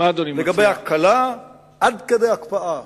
לגבי הקלה עד כדי הקפאה